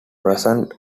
present